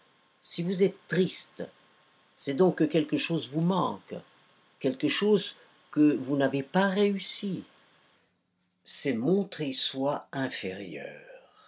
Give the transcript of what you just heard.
si vous êtes triste c'est donc quelque chose qui vous manque quelque chose qui ne vous a pas réussi c'est montrer soi inférieur